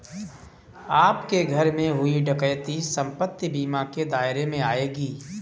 आपके घर में हुई डकैती संपत्ति बीमा के दायरे में आएगी